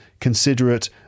considerate